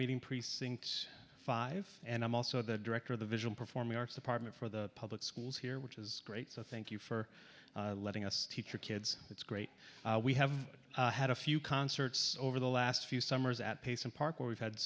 meeting precinct five and i'm also the director of the visual performing arts department for the public schools here which is great so thank you for letting us teach your kids it's great we have had a few concerts over the last few summers at pase and parker we've had